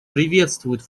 приветствует